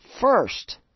first